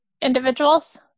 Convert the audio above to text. individuals